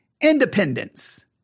Independence